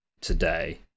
today